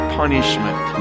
punishment